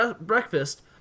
breakfast